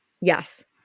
Yes